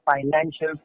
financial